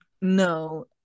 no